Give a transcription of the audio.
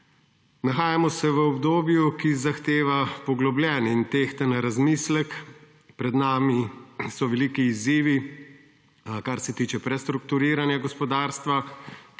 Nahajamo se v obdobju, ki zahteva poglobljen in tehten razmislek, pred nami so veliki izzivi, kar se tiče prestrukturiranja gospodarstva,